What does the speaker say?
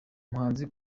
umuhanzi